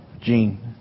Gene